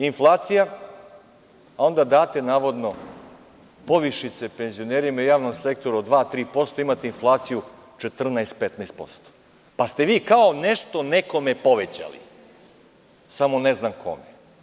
Inflacija, a onda date navodno povišice penzionerima i javnom sektoru od 2-3%, imate inflaciju 14-15%, pa ste vi kao nešto nekome povećali, samo ne znam kome.